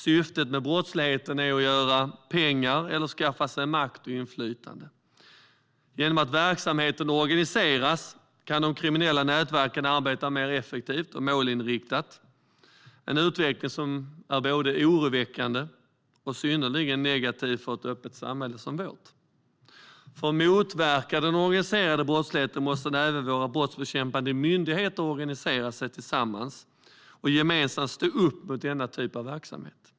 Syftet med brottsligheten är att göra pengar eller skaffa sig makt och inflytande. Genom att verksamheten organiseras kan de kriminella nätverken arbeta mer effektivt och målinriktat. Det är en utveckling som är både oroväckande och synnerligen negativ för ett öppet samhälle som vårt. För att motverka den organiserade brottsligheten måste även våra brottsbekämpande myndigheter organisera sig tillsammans och gemensamt stå upp mot denna typ av verksamhet.